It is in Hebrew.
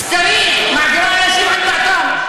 סקרים מעבירים אנשים על דעתם.